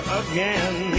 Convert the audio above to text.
again